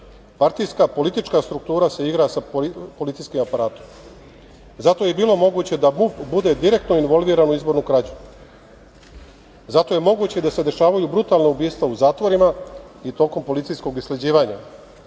Partijska politička struktura se igra sa policijskim aparatom. Zato je i bilo moguće da MUP bude direktno involviran u izbornu krađu. Zato je moguće da se dešavaju brutalna ubistva u zatvorima i tokom policijskog isleđivanja.